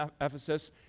Ephesus